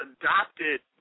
adopted